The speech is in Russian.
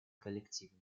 коллективной